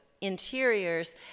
interiors